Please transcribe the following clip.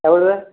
எவ்வளது